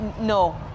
no